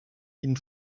ihnen